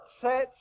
sets